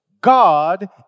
God